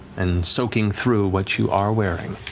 and soaking through what you are wearing,